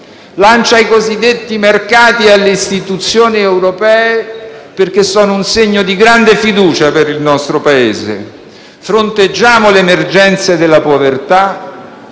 e ai cosiddetti mercati e alle istituzioni europee, perché sono un segno di grande fiducia per il nostro Paese: fronteggiamo le emergenze della povertà